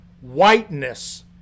whiteness